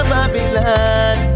Babylon